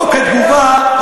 או כתגובה,